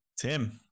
Tim